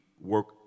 work